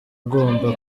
agomba